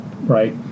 right